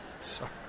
Sorry